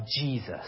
jesus